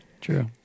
True